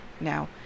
Now